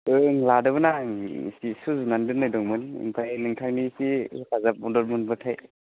ओं लादोंमोन आं इसे सुजुनानै दोननाय दंमोन ओमफाय नोंथांनि इसे हेफाजाब मोनदेरबावब्लाथाय